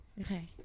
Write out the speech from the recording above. Okay